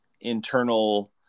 internal